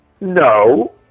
No